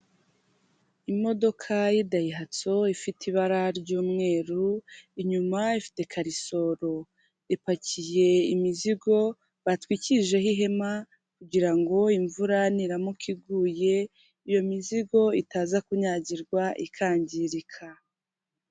Imodoka y'idayihatsu ifite ibara ry'umweru, inyuma ifite karisoru, ipakiye imizigo batwikijeho ihema kugira ngo imvura niramuka iguye iyo mizigo itaza kunyagirwa ikangirika.